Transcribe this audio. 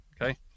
okay